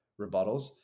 rebuttals